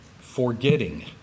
forgetting